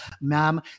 Ma'am